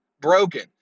broken